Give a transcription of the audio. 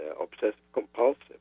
obsessive-compulsive